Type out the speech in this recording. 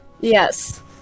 Yes